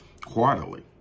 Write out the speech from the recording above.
quarterly